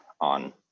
on